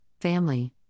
family